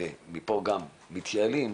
ומפה גם מתייעלים,